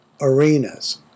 arenas